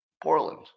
Portland